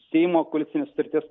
seimo koalicinė sutartis